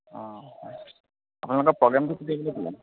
অঁ হয় আপোনালোকৰ প্ৰগ্ৰেমটো কোন তাৰিখে আছিলে